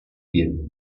pieve